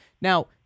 Now